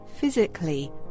physically